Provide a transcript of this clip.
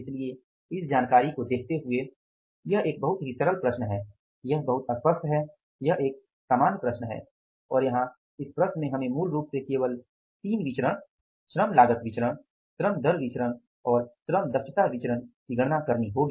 इसलिए इस जानकारी को देखते हुए यह एक बहुत ही सरल प्रश्न है यह बहुत स्पष्ट है यह एक सामान्य प्रश्न है और यहाँ इस प्रश्न में हमें मूल रूप से केवल 3 विचरण श्रम लागत विचरण श्रम दर विचरण और श्रम दक्षता विचरण की गणना करनी होगी